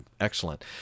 excellent